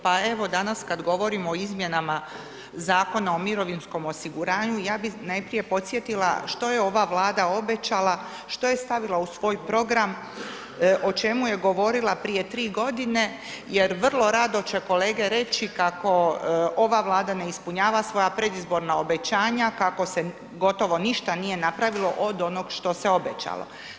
Pa evo, danas kad govorimo o izmjenama Zakona o mirovinskom osiguranju ja bih najprije podsjetila što je ova Vlada obećala, što je stavila u svoj program, o čemu je govorila prije 3 godine jer vrlo rado će kolege reći kako ova Vlada ne ispunjava svoja predizborna obećanja, kako se gotovo ništa nije napravilo od onog što se obećalo.